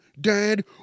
Dad